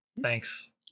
Thanks